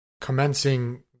commencing